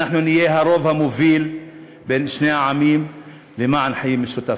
ואנחנו נהיה הרוב המוביל בין שני העמים למען חיים משותפים.